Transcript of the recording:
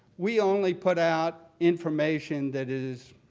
we only put out information that is